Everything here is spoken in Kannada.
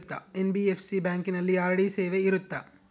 ಎನ್.ಬಿ.ಎಫ್.ಸಿ ಬ್ಯಾಂಕಿನಲ್ಲಿ ಆರ್.ಡಿ ಸೇವೆ ಇರುತ್ತಾ?